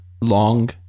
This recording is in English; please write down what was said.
long